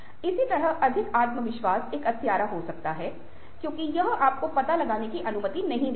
इसी तरह अधिक आत्मविश्वास एक हत्यारा हो सकता है क्योंकि यह आपको पता लगाने की अनुमति नहीं देता है